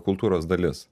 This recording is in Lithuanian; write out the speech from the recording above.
kultūros dalis